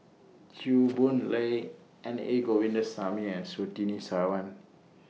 Chew Boon Lay N A Govindasamy and Surtini Sarwan